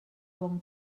bon